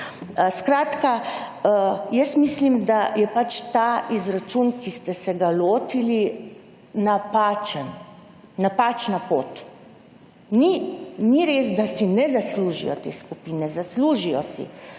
Skratka, jaz mislim, da je ta izračun, ki ste se ga lotili, napačna pot. Ni res, da si ne zaslužijo te skupine, zaslužijo si,